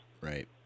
Right